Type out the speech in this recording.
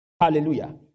Hallelujah